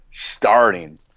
starting